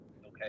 okay